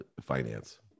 finance